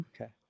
Okay